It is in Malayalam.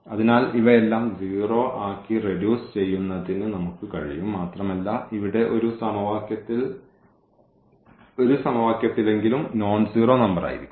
അതിനാൽ ഇവയെല്ലാം 0 ആക്കി റെഡ്യൂസ് ചെയ്യുന്നതിന് നമുക്ക് കഴിയും മാത്രമല്ല ഇവിടെ ഒരു സമവാക്യത്തിൽ എങ്കിലും നോൺസീറോ നമ്പറായിരിക്കും